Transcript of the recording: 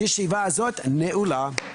הישיבה נעולה.